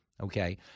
okay